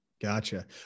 Gotcha